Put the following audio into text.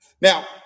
Now